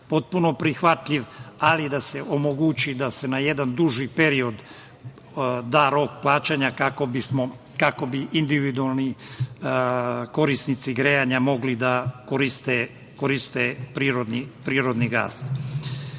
potpuno prihvatljiv, ali da se omogući da se na jedan duži period da rok plaćanja kako bi individualni korisnici grejanja mogli da koriste prirodni gas. Žao